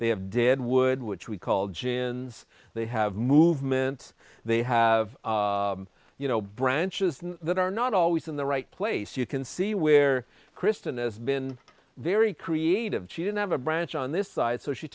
they have deadwood which we call gin they have movement they have you know branches that are not always in the right place you can see where kristen has been very creative she didn't have a branch on this side so she